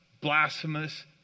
blasphemous